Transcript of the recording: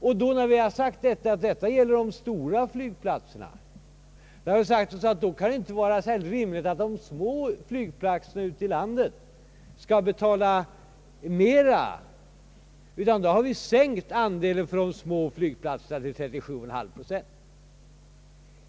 Eftersom detta har gällt de stora flygplatser na, har vi inte ansett det rimligt att de små flygplatserna skall betala mer. Därför har vi sänkt den nu föreslagna andelen för de små flygplatserna till 37,5 procent.